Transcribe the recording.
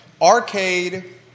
Arcade